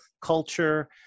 culture